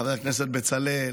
חבר הכנסת בצלאל,